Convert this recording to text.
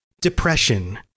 depression